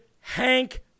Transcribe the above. Hank